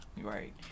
Right